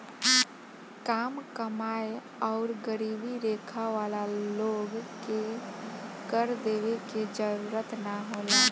काम कमाएं आउर गरीबी रेखा वाला लोग के कर देवे के जरूरत ना होला